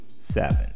Seven